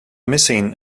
missing